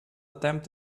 attempt